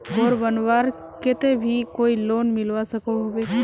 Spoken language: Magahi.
घोर बनवार केते भी कोई लोन मिलवा सकोहो होबे?